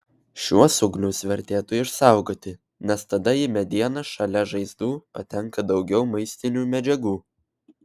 šiuos ūglius vertėtų išsaugoti nes tada į medieną šalia žaizdų patenka daugiau maistinių medžiagų